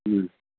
ꯎꯝ